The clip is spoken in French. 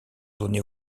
donnés